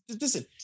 listen